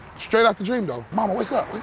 straight out the dream, though. mama wake up.